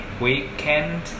weekend